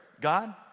God